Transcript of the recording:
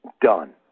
done